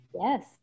Yes